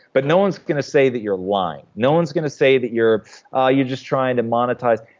but no one's gonna say that you're lying. no one's gonna say that you're ah you're just trying to monetize.